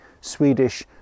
Swedish